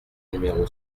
numéro